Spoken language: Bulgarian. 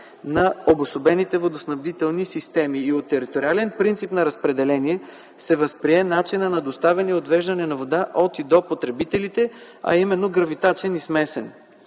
на обособените водоснабдителни системи и от териториален принцип на разпределение се възприе начинът на доставяне и отвеждане на вода от и до потребителите, а именно гравитачен и смесен.